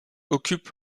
occupe